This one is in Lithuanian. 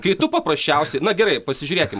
kai tu paprasčiausiai na gerai pasižiūrėkim